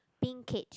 pink cage